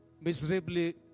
miserably